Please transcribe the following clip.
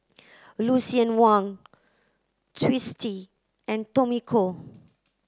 Lucien Wang Twisstii and Tommy Koh